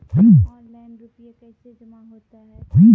Online रुपये कैसे जमा होता हैं?